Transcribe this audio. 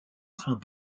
trains